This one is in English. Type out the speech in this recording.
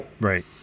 Right